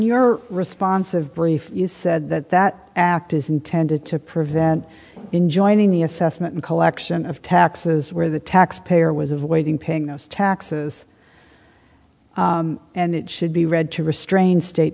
your responsive brief you said that that act is intended to prevent in joining the assessment and collection of taxes where the taxpayer was avoiding paying those taxes and it should be read to restrain state